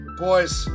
boys